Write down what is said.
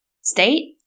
State